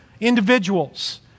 individuals